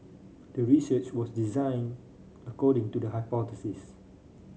the research was designed according to the hypothesis